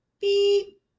beep